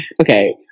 Okay